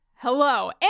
Hello